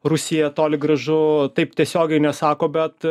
rusija toli gražu taip tiesiogiai nesako bet